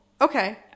Okay